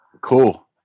Cool